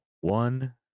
one